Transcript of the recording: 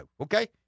okay